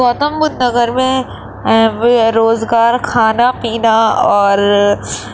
گوتم بدھ نگر میں بے روزگار کھانا پینا اور